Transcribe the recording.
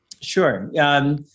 Sure